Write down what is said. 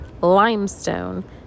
Limestone